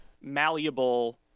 malleable